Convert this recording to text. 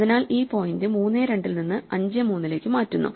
അതിനാൽ ഈ പോയിന്റ് 3 2 ൽ നിന്ന് 53 ലേക്ക് മാറ്റുന്നു